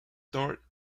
start